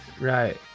Right